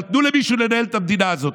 אבל תנו למישהו לנהל את המדינה הזאת.